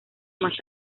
más